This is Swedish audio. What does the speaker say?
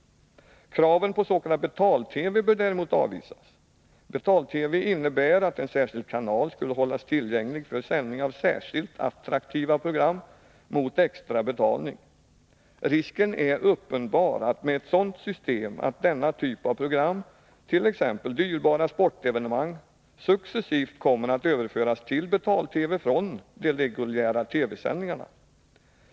Kraven på s.k. betal-TV bör däremot avvisas. Betal-TV innebär att en särskild kanal skulle hållas tillgänglig för sändning av särskilt attraktiva program mot extra betalning. Risken är uppenbar att denna typ av program, t.ex. dyrbara sportevenemang, med ett sådant system successivt kommer att överföras till betal-TV från de reguljära TV-sändningarna.